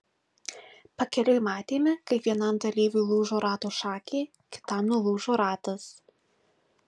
pakeliui matėme kaip vienam dalyviui lūžo rato šakė kitam nulūžo ratas